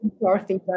Dorothy